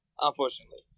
unfortunately